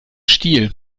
stiel